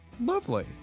Lovely